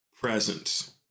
presence